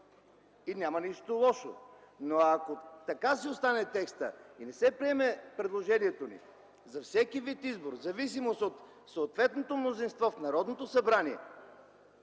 и няма нищо лошо. Ако текстът си остане така и не се приеме предложението ни за всеки вид избор, в зависимост от съответното мнозинство в Народното събрание,